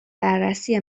بررسی